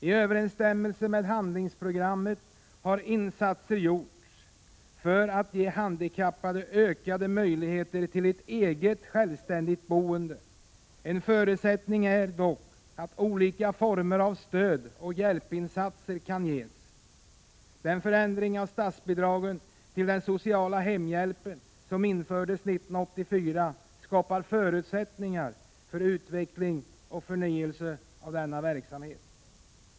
I överensstämmelse med handlingsprogrammet har insatser gjorts för att ge handikappade ökade möjligheter till ett eget, självständigt boende. En förutsättning är dock att olika former av stödoch hjälpinsatser kan ges. Den förändring av statsbidraget till den sociala hemhjälpen som infördes 1984 skapar förutsättningar för utveckling och förnyelse av denna verksamhet.